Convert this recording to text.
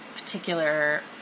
particular